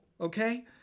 okay